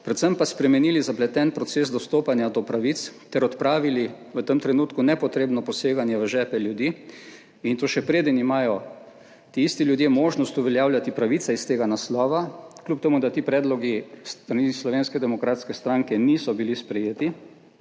predvsem pa spremenili zapleten proces dostopanja do pravic ter odpravili v tem trenutku nepotrebno poseganje v žepe ljudi, in to še preden imajo ti isti ljudje možnost uveljavljati pravice iz tega naslova, kljub temu, da ti predlogi s strani Slovenske demokratske stranke niso bili sprejeti,